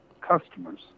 customers